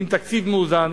עם תקציב מאוזן,